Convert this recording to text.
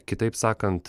kitaip sakant